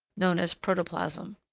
known as protoplasm.